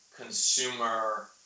consumer